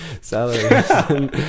salaries